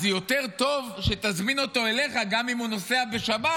אז יותר טוב שתזמין אותו אליך גם אם הוא נוסע בשבת,